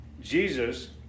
Jesus